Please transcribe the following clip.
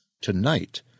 tonight